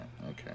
Okay